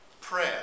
prayer